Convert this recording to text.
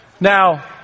Now